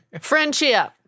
Friendship